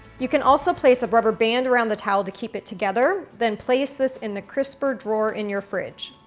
you can also place a rubber band around the towel to keep it together. then place this in the crisper drawer in your fridge.